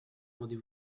rendez